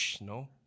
No